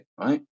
right